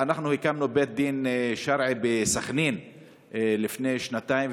אנחנו הקמנו בית דין שרעי בסח'נין לפני שנתיים,